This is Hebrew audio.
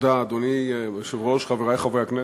אדוני היושב-ראש, תודה, חברי חברי הכנסת,